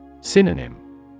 Synonym